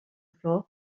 floor